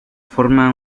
forma